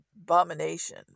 abomination